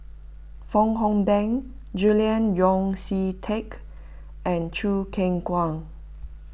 Fong Hoe Beng Julian Yeo See Teck and Choo Keng Kwang